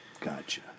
Gotcha